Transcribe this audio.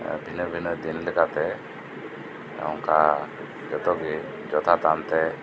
ᱵᱷᱤᱱᱟᱹ ᱵᱷᱤᱱᱟᱹ ᱫᱤᱱ ᱞᱮᱠᱟᱛᱮ ᱱᱚᱝᱠᱟ ᱡᱚᱛᱚᱜᱤ ᱡᱚᱛᱷᱟᱛ ᱟᱱᱛᱮ